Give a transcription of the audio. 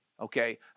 okay